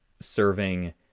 serving